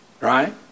right